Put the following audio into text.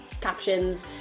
captions